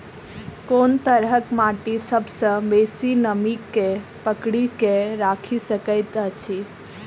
कोन तरहक माटि सबसँ बेसी नमी केँ पकड़ि केँ राखि सकैत अछि?